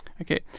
Okay